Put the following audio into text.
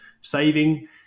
saving